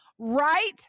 right